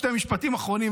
שני משפטים אחרונים,